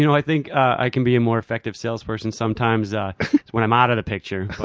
you know i think i can be a more effective salesperson sometimes when i'm out of the picture.